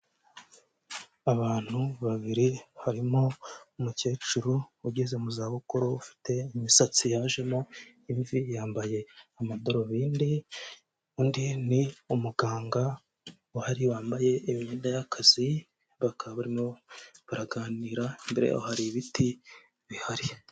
Abantu babiri harimo umukecuru ugeze mu za bukuru ufite imisatsi yajemo imvi yambaye amadarubindi undi ni umuganga uhari wambaye imyenda y'akazi bakaba barimo baraganira imbere yabo hari ibiti bihari.